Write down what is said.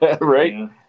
Right